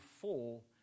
fall